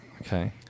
Okay